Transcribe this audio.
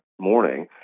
morning